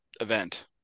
event